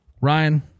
Ryan